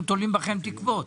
אנחנו תולים בכך תקוות.